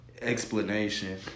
explanation